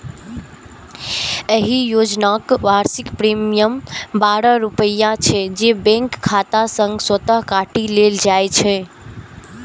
एहि योजनाक वार्षिक प्रीमियम बारह रुपैया छै, जे बैंक खाता सं स्वतः काटि लेल जाइ छै